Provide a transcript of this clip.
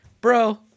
bro